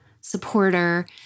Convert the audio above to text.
supporter